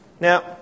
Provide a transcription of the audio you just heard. Now